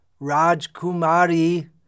Rajkumari